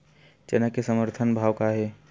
चना के समर्थन भाव का हे?